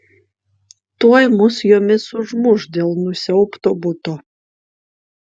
tuoj mus jomis užmuš dėl nusiaubto buto